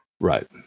Right